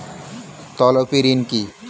তলবি ঋন কি?